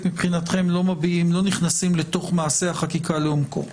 מבחינתכם לא נכנסים למעשה החקיקה לעומקו.